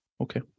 Okay